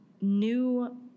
new